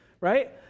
right